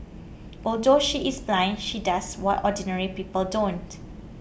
although she is blind she does what ordinary people don't